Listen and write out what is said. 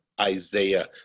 Isaiah